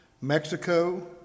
Mexico